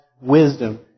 wisdom